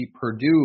Purdue